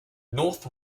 north